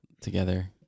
together